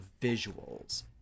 visuals